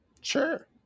Sure